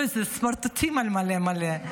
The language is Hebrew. מה זה סמרטוטים על מלא מלא.